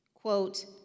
Quote